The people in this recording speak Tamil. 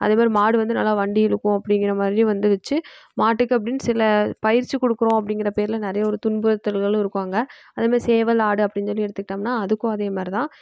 அதே மாதிரி மாடு வந்து நல்லா வண்டி இழுக்கும் அப்படிங்கிற மாதிரி வந்துடுச்சு மாட்டுக்கு அப்படின்னு சில பயிற்சி கொடுக்குறோம் அப்படிங்கிற பேரில் நிறையா ஒரு துன்புறுத்தல்களும் இருக்கும் அங்கே அதே மாதிரி சேவல் ஆடு அப்படின்னு சொல்லி எடுத்துக்கிட்டோம்னால் அதுக்கும் அதே மாதிரிதான்